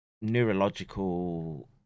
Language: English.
neurological